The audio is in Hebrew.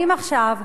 האם עכשיו,